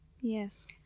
Yes